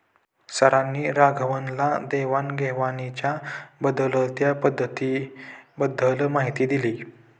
सरांनी राघवनला देवाण घेवाणीच्या बदलत्या पद्धतींबद्दल माहिती दिली